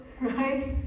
right